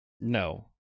No